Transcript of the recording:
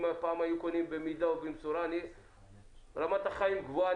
אם פעם אנשים היו קונים במידה ובמשורה רמת החיים גבוהה,